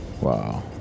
Wow